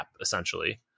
essentially